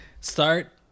Start